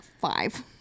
five